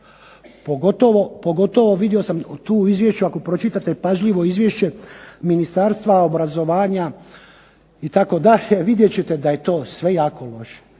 pogotovo vidio sam tu u izvješću ako pročitate pažljivo izvješće Ministarstva obrazovanja itd. vidjet ćete da je to sve jako loše.